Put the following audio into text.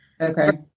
Okay